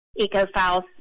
Ecofiles